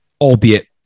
albeit